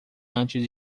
antes